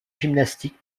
gymnastique